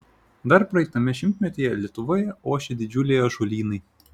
dar praeitame šimtmetyje lietuvoje ošė didžiuliai ąžuolynai